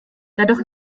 dadurch